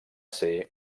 ser